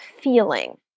feeling